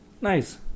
Nice